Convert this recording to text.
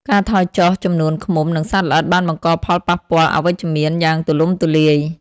ការថយចុះចំនួនឃ្មុំ និងសត្វល្អិតបានបង្កផលប៉ះពាល់អវិជ្ជមានយ៉ាងទូលំទូលាយ។